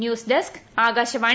news desk Akashvani